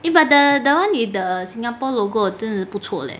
eh but the the [one] with the singapore logo 真是不错 leh